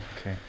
Okay